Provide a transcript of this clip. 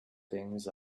things